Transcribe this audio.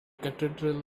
cathedral